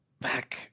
back